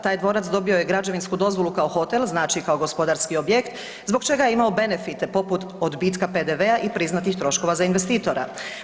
Taj dvorac dobio je građevinsku dozvolu kao hotel, znači kao gospodarski objekt zbog čega je imao benefite poput odbitka PDV-a i priznatih troškova za investitora.